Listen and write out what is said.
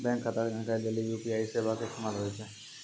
bank खाता के जानकारी लेली यू.पी.आई सेबा के इस्तेमाल होय छै